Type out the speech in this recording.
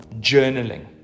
journaling